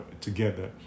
together